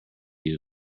you